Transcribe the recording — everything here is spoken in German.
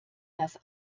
das